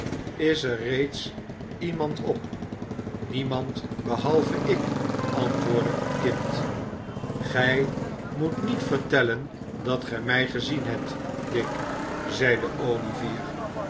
is er reeds iemand op niemand behalve ik antwoordde het kind gij moet niet vertellen dat gij mij gezien hebt dick zeide olivier